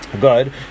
Good